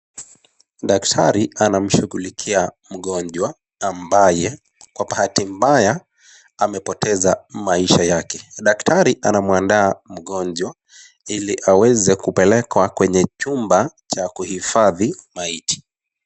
Daktari anamshughulikia mgonjwa ambaye kwa bahati mbaya amepoteza maisha yake. Daktari anamwandaa mgonjwa ili aweze kumpelekwa kwenye chumba cha kuhifadhi maiti.